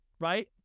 right